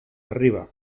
arriba